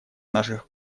наших